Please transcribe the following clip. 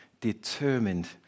determined